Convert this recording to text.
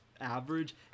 average